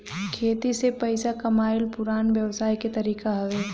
खेती से पइसा कमाइल पुरान व्यवसाय के तरीका हवे